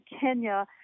Kenya